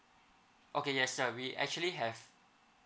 okay yes sir we actually have